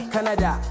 Canada